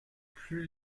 plus